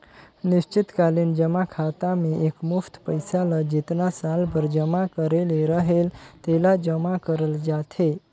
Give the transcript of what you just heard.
निस्चित कालीन जमा खाता में एकमुस्त पइसा ल जेतना साल बर जमा करे ले रहेल तेला जमा करल जाथे